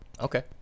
Okay